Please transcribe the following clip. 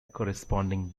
corresponding